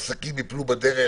עסקים יפלו בדרך